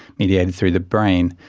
the the end, through the brain.